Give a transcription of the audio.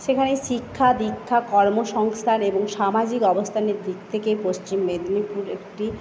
সেখানে শিক্ষা দিক্ষা কর্মসংস্থান এবং সামাজিক অবস্থানের দিক থেকে পশ্চিম মেদিনীপুর একটি